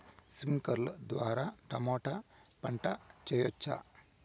స్ప్రింక్లర్లు ద్వారా టమోటా పంట చేయవచ్చా?